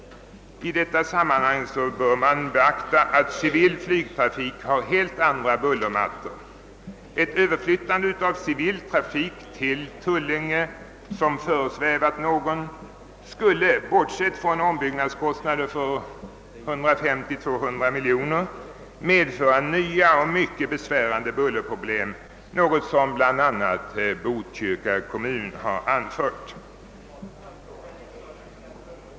I detta sammanhang bör man beakta att civilflyget har helt andra bullermattor. Ett överflyttande av civiltrafiken till Tullinge — en tanke som föresvävat någon — skulle, bortsett från ombyggnadskostnader på 150 å 200 miljoner kronor, medföra nya och mycket besvärande bullerproblem, något som bl.a. Botkyrka kommun har anfört.